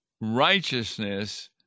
righteousness